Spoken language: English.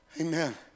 Amen